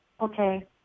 Okay